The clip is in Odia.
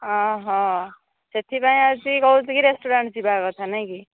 ଅହ ସେଥିପାଇଁ ଆସିକି କହୁଛୁ କି ଯିବା କଥା ନାହିଁ କି